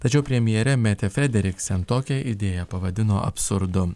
tačiau premjerė metė frederiksen tokią idėją pavadino absurdu